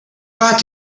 got